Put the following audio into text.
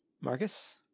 Marcus